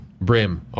Brim